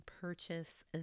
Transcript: purchase